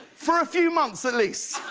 for a few months, at least.